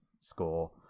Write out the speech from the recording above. score